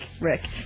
Rick